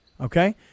Okay